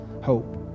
hope